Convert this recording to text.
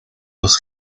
los